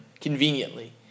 conveniently